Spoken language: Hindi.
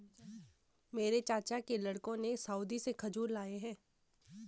मेरे चाचा के लड़कों ने सऊदी से खजूर लाए हैं